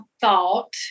thought